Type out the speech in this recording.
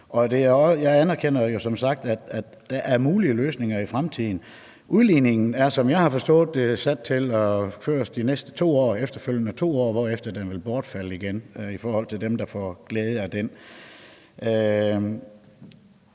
Jeg anerkender jo som sagt, at der er mulige løsninger i fremtiden. Udligningen er, som jeg har forstået det, sat til at skulle føres de efterfølgende 2 år, hvorefter den vil bortfalde igen for dem, der får glæde af den,